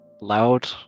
Loud